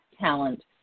talent